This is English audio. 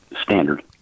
standard